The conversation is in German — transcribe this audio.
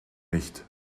nicht